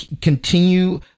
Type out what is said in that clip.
continue